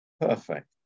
perfect